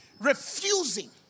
refusing